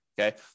okay